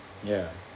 ya